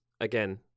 again